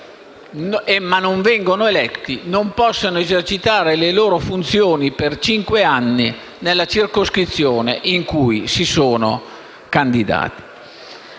ma non vengono eletti non possano esercitare le loro funzioni per cinque anni nella circoscrizione in cui si sono candidati.